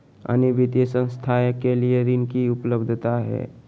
अन्य वित्तीय संस्थाएं के लिए ऋण की उपलब्धता है?